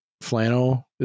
flannel